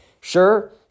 Sure